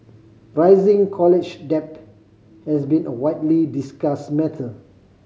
rising college debt has been a widely discussed matter